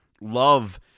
love